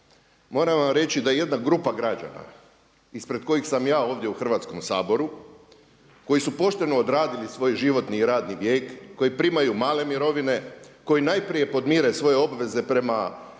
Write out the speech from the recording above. Moram vam reći da jedna grupa građana ispred kojih sam ja ovdje u Hrvatskom saboru koji su pošteno odradili svoj životni i radni vijek i koji primaju male mirovine, koji najprije podmire svoje obveze prema državi,